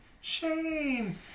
shane